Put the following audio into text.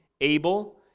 Abel